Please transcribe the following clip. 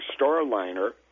Starliner